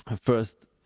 First